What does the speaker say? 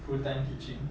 full time teaching